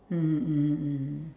mmhmm mmhmm mmhmm